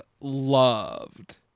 loved